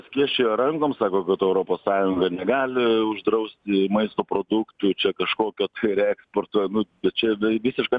skėsčioja rankom sako kad europos sąjunga negali uždrausti maisto produktų čia kažkokio reeksporto nu bet čia tai visiška